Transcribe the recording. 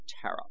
Tara